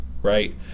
Right